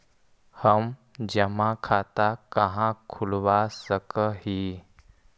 हम जमा खाता कहाँ खुलवा सक ही?